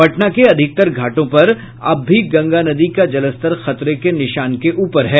पटना के अधिकतर घाटों पर अब भी गंगा नदी का जलस्तर खतरे के निशान के ऊपर है